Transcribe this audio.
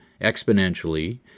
exponentially